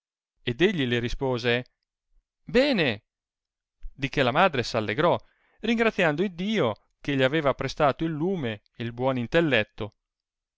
ed egli le rispose bene di che la madre s allegrò ringraziando iddio che gli aveva prestato il lume e il buon intelletto